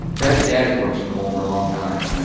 brad's dad has worked in coal for a long time,